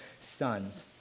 sons